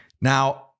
Now